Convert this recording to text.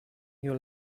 your